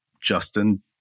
Justin